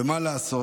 ומה לעשות,